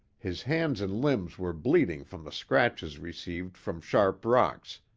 his hands and limbs were bleeding from the scratches received from sharp rocks,